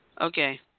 Okay